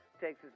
Texas